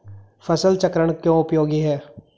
फसल चक्रण क्यों उपयोगी है?